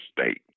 state